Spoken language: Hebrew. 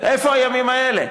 איפה הימים האלה?